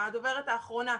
הדוברת האחרונה.